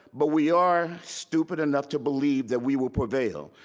but we are stupid enough to believe that we will prevail.